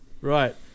Right